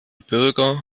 bürger